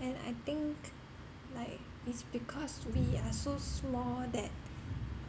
and I think like it's because we are so small that